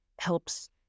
helps